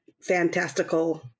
fantastical